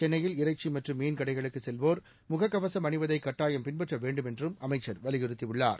சென்னையில் இறைச்சி மற்றும் மீன் கடைகளுக்குச் செல்வோர் முக கவசம் அணிவதை கட்டாயம் பின்னபற்ற வேண்டுமென்றும் அமைச்சர் வலியுறுத்தியுள்ளார்